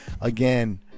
again